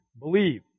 believe